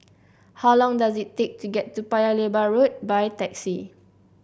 how long does it take to get to Paya Lebar Road by taxi